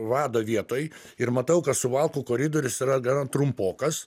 vado vietoj ir matau kad suvalkų koridorius yra gana trumpokas